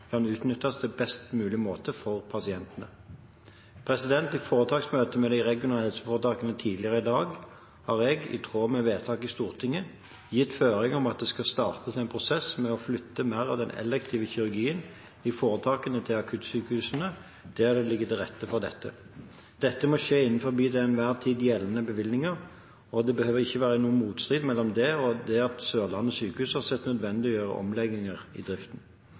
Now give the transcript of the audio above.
kan utnyttes på best mulig måte for pasientene. I foretaksmøtet med de regionale helseforetakene tidligere i dag har jeg, i tråd med vedtak i Stortinget, gitt føring om at det skal startes en prosess med å flytte mer av den elektive kirurgien i foretakene til akuttsykehusene der det ligger til rette for det. Dette må skje innenfor de til enhver tid gjeldende bevilgninger, og det behøver ikke være noen motstrid mellom det og det at Sørlandet sykehus har sett det som nødvendig å gjøre omlegginger i driften.